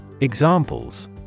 Examples